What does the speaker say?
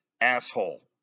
asshole